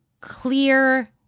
clear